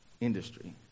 industry